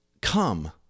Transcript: come